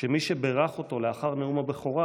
שמי שבירך אותו לאחר נאום הבכורה